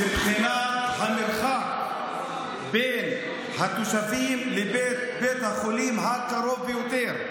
מבחינת המרחק בין התושבים לבין בית החולים הקרוב ביותר.